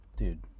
Dude